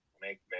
make